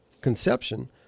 conception